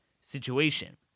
situation